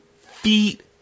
feet